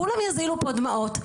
כולם יזילו פה דמעות,